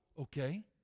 Okay